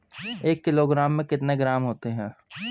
एक किलोग्राम में कितने ग्राम होते हैं?